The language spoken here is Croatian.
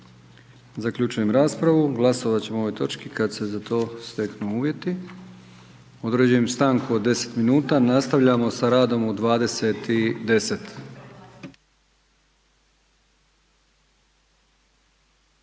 Zaključujem raspravu. Glasovat ćemo o ovoj točki kad se za to steknu uvjeti. Određujem stanku od 10 minuta. Nastavljamo sa radom u 20,10.